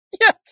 Yes